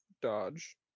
dodge